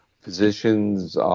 physicians